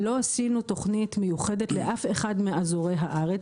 לא עשינו תוכנית מיוחדת לאף אחד מאזורי הארץ,